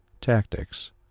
Tactics